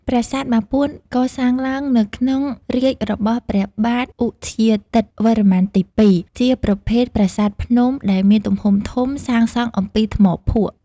ប្រាសាទបាពួន កសាងឡើងនៅក្នុងរាជ្យរបស់ព្រះបាទឧទ្យាទិត្យវរ្ម័នទី ២ ជាប្រភេទប្រាសាទភ្នំដែល មានទំហំធំ សាងសង់អំពីថ្មភក់។